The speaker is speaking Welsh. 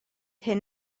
hyn